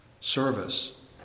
service